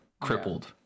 crippled